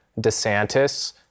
DeSantis